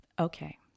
okay